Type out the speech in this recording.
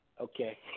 Okay